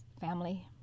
family